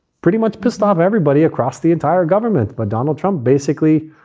pretty much pissed off everybody across the entire government. but donald trump basically,